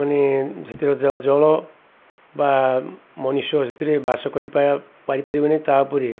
ମାନେ ସେଥିରେ ଜଳ ବା ମଣିଷ ସେଥିରେ ବାସ କରି ପାରିବେ ନା ତା' ଉପରେ